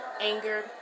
angered